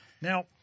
Now